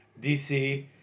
DC